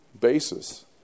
basis